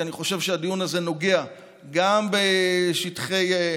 כי אני חושב שהדיון הזה נוגע גם בשטחי יו"ש,